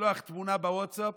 לשלוח תמונה בווטסאפ,